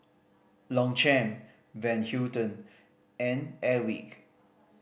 Longchamp Van Houten and Airwick